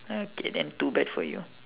okay then too bad for you